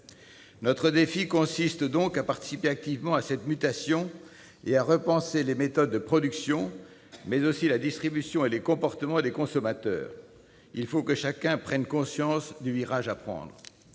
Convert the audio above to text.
Notre défi consiste donc à participer activement à cette mutation et à repenser non seulement les méthodes de production, mais aussi la distribution et les comportements des consommateurs. Il faut que chacun prenne conscience du virage à prendre.